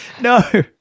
No